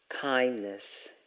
kindness